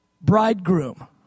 bridegroom